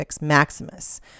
Maximus